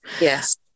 yes